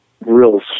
real